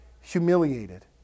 humiliated